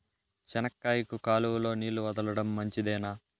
చెనక్కాయకు కాలువలో నీళ్లు వదలడం మంచిదేనా?